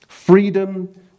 Freedom